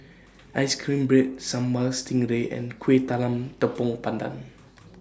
Ice Cream Bread Sambal Stingray and Kueh Talam Tepong Pandan